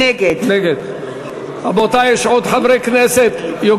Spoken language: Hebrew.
נגד יש עוד חברי כנסת שלא הצביעו?